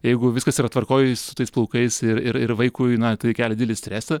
jeigu viskas yra tvarkoj su tais plaukais ir ir vaikų į na tai kelia didelį stresą